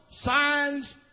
signs